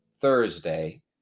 thursday